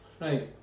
Right